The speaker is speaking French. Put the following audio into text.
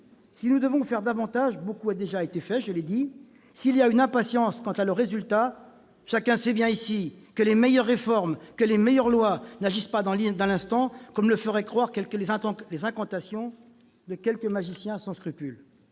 Si nous devons faire davantage, beaucoup a déjà été fait ; je l'ai souligné. S'il y a une impatience quant aux résultats, chacun ici sait bien que les meilleures réformes et les meilleures lois n'agissent pas dans l'instant, comme le feraient croire les incantations de magiciens sans scrupules.